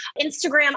Instagram